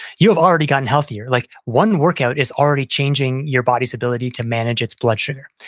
you have already gotten healthier. like one workout is already changing your body's ability to manage its blood sugar.